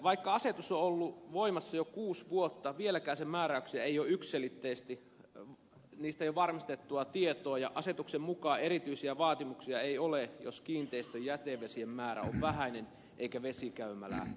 vaikka asetus on ollut voimassa jo kuusi vuotta vieläkään sen määräyksistä ei ole varmistettua tietoa ja asetuksen mukaan erityisiä vaatimuksia ei ole jos kiinteistön jätevesien määrä on vähäinen eikä vesikäymälää ole